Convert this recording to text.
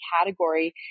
category